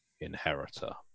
inheritor